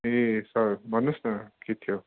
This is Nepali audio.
ए सर भन्नुहोस् न के थियो